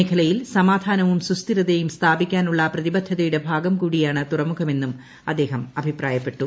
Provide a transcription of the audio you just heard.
മേഖലയിൽ സമാധാനവും സുസ്ഥിരതയും സ്ഥാപിക്കാനുള്ള പ്രതിബദ്ധതയുടെ ഭാഗം കൂടിയാണ് തുറമുഖമെന്നും അദ്ദേഹം അഭിപ്രായപ്പെട്ടു